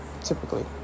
typically